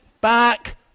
Back